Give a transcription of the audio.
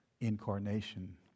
incarnation